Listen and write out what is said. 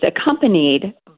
accompanied